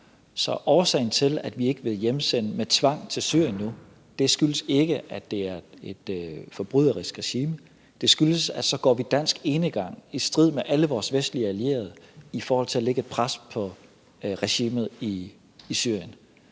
Så årsagen til, at vi ikke vil hjemsende med tvang til Syrien nu, er ikke, at det er et forbryderisk regime. Det skyldes, at vi så går dansk enegang i strid med alle vores vestlige allierede i forhold til at lægge et pres på regimet i Syrien,